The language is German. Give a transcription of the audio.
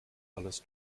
alles